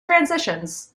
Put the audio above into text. transitions